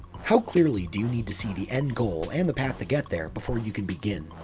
how clearly do you need to see the end goal and the path to get there, before you can begin?